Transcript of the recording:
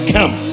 Come